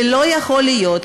ולא יכול להיות,